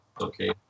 okay